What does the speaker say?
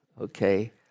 okay